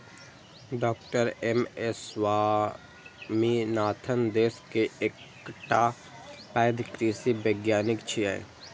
डॉ M S Swaminathan देश के एकटा पैघ कृषि वैज्ञानिक छियै